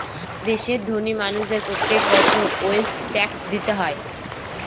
দেশের ধোনি মানুষদের প্রত্যেক বছর ওয়েলথ ট্যাক্স দিতে হয়